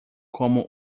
como